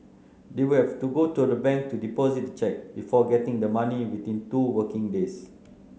they would have to go to a bank to deposit the cheque before getting the money within two working days